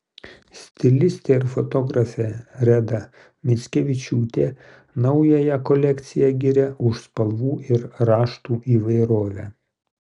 stilistė ir fotografė reda mickevičiūtė naująją kolekciją giria už spalvų ir raštų įvairovę